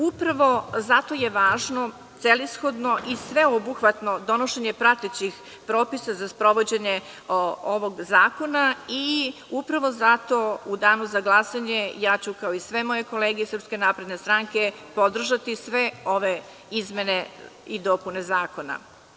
Upravo zato je važno, celishodno i sveobuhvatno donošenje pratećih propisa za sprovođenje ovog zakona i upravo zato u danu za glasanje ja ću kao i sve moje kolege SNS podržati sve ove izmene i dopune Zakona.